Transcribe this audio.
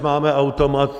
Máme automat.